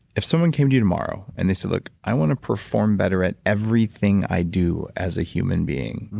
if someone came to you tomorrow and they said, look, i want to perform better at everything i do as a human being.